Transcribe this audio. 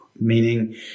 meaning